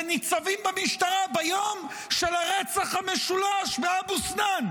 ניצבים במשטרה, ביום של הרצח המשולש באבו סנאן,